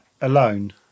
alone